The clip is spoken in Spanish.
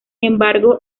embargo